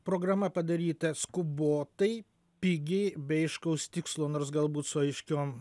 programa padaryta skubotai pigiai be aiškaus tikslo nors galbūt su aiškiom